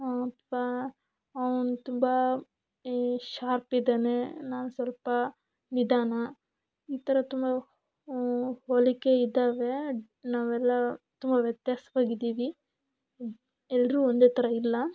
ಅವ್ನು ಅವ್ನು ತುಂಬ ಎ ಶಾರ್ಪ್ ಇದ್ದಾನೆ ನಾನು ಸ್ವಲ್ಪ ನಿಧಾನ ಈ ಥರ ತುಂಬ ಹೋಲಿಕೆ ಇದ್ದಾವೆ ನಾವೆಲ್ಲ ತುಂಬ ವ್ಯತ್ಯಾಸ್ವಾಗಿದ್ದೀವಿ ಎಲ್ಲರೂ ಒಂದೇ ಥರ ಇಲ್ಲ